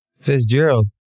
Fitzgerald